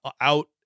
out